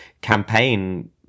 campaign